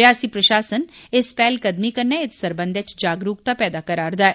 रियासी प्रशासन इस पैह्लकदमी कन्नै इत्त सरबंधै च जागरूकता पैदा करा'रदा ऐ